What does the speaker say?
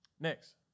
Next